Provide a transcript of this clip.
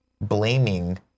blaming